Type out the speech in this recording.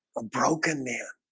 a broken there